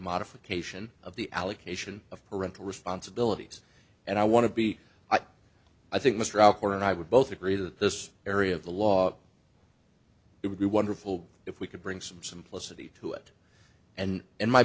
modification of the allocation of parental responsibilities and i want to be i think mr al gore and i would both agree that this area of the law it would be wonderful if we could bring some simplicity to it and and my